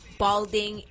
balding